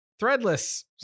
threadless